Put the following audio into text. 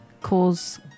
cause